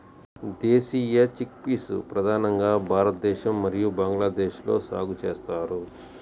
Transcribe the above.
దేశీయ చిక్పీస్ ప్రధానంగా భారతదేశం మరియు బంగ్లాదేశ్లో సాగు చేస్తారు